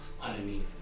underneath